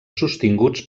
sostinguts